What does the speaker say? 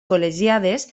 col·legiades